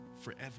forever